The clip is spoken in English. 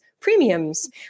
premiums